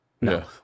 No